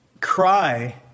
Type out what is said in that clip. cry